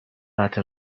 قطع